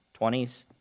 20s